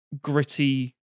gritty